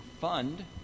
fund